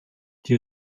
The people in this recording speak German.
die